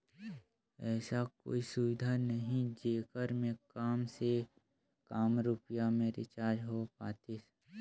ऐसा कोई सुविधा नहीं जेकर मे काम से काम रुपिया मे रिचार्ज हो पातीस?